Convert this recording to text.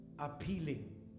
Appealing